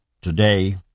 Today